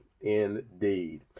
indeed